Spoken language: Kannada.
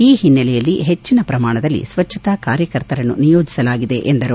ಈ ಹಿನ್ನೆಲೆಯಲ್ಲಿ ಹೆಚ್ಚಿನ ಪ್ರಮಾಣದಲ್ಲಿ ಸ್ವಚ್ಛತಾ ಕಾರ್ಯಕರ್ತರನ್ನು ನಿಯೋಜಿಸಲಾಗಿದೆ ಎಂದರು